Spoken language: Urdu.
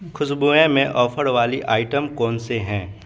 خوشبویا میں آفر والی آئٹم کون سے ہیں